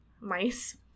mice